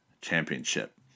championship